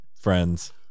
friends